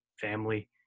family